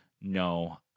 no